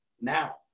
now